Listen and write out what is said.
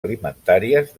alimentàries